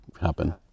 happen